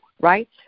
right